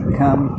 come